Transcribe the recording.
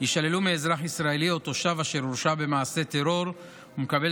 יישללו מאזרח ישראלי או תושב אשר הורשע במעשה טרור ומקבל